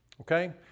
okay